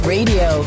Radio